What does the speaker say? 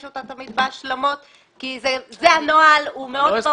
אותה בהשלמות כי זה הנוהל והוא מאוד ברור.